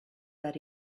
that